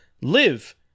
live